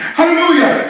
Hallelujah